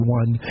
one